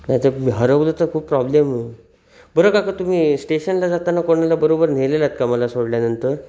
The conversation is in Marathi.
नाही ते हरवलं तर खूप प्रॉब्लेम होईल बरं काका का तुम्ही स्टेशनला जाताना कोणाला बरोबर नेलेलात का मला सोडल्यानंतर